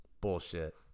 bullshit